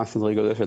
מה המקור לכסף?